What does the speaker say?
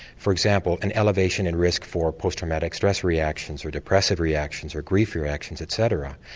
for example an elevation in risk for post traumatic stress reactions or depressive reactions, or grief reactions etc.